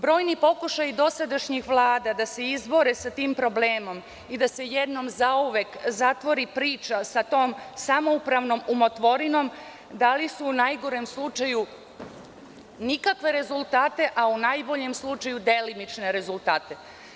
Brojni pokušaji dosadašnjih Vlada da se izbore sa tim problemom i da se jednom zauvek zatvori priča sa tom samoupravnom umotvorinom, dali su u najgorem slučaju nikakve rezultate, a u najboljem slučaju delimične rezultate.